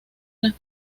las